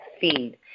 feed